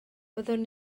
byddwn